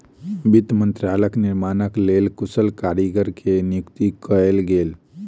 वित्त मंत्रालयक निर्माणक लेल कुशल कारीगर के नियुक्ति कयल गेल